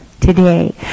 today